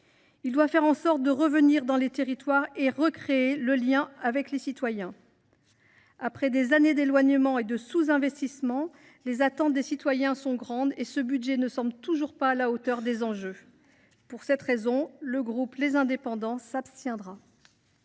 doit faire en sorte de revenir dans les territoires et de recréer le lien avec les citoyens. Après des années d’éloignement et de sous investissement, les attentes des citoyens sont grandes et ce budget ne semble toujours pas à la hauteur des enjeux. Pour cette raison, le groupe Les Indépendants –